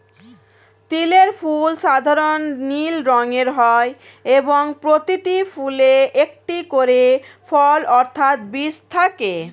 তিলের ফুল সাধারণ নীল রঙের হয় এবং প্রতিটি ফুলে একটি করে ফল অর্থাৎ বীজ থাকে